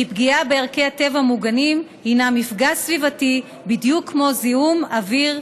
כי פגיעה בערכי טבע מוגנים הינה מפגע סביבתי בדיוק כמו זיהום אוויר,